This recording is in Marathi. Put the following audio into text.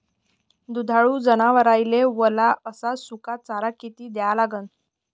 दुधाळू जनावराइले वला अस सुका चारा किती द्या लागन?